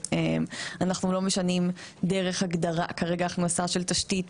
ואנחנו לא משנים כרגע הכנסה של תשתית